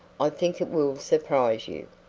i think it will surprise you.